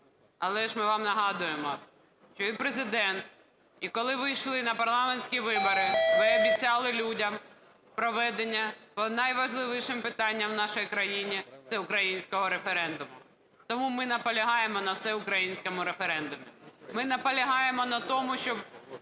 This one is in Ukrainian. Але ж ми вам нагадуємо, що і Президента, і коли ви йшли на парламентські вибори, ви обіцяли людям проведення по найважливішим питанням у нашій країні всеукраїнського референдуму. Тому ми наполягаємо на всеукраїнському референдумі. Ми наполягаємо на тому, щоб